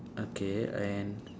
okay and